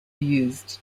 used